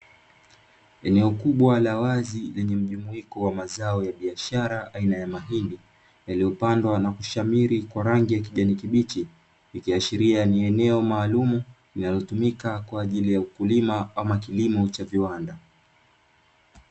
Eneo kubwa wazi lenye mjumuiko wa mazo ya biashara aina ya mahindi yaliyopandwa na kushamili kwa rangi ya kijani kibichi, ikiashiria ni eneo maalumu linalotumika kwaajili ya ukulima ama kilimo cha viwanda.